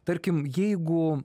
tarkim jeigu